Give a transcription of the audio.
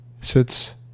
sits